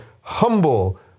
humble